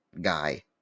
guy